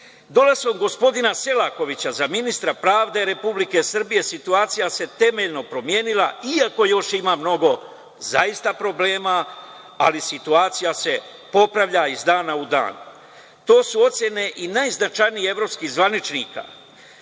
gospodina Selakovića za ministra pravde Republike Srbije situacija se temeljno promenila, iako još ima mnogo zaista problema, ali situacija se popravlja iz dana u dan. To su ocene i najznačajnijih evropskih zvaničnika,